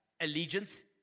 allegiance